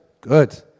good